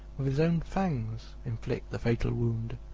with his own fangs inflict the fatal wound.